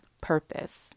purpose